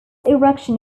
erection